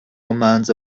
omens